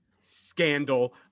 scandal